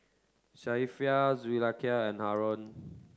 Safiya Zulaikha and Haron